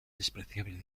despreciable